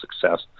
success